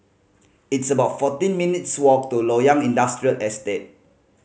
it's about fourteen minutes' walk to Loyang Industrial Estate